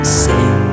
sing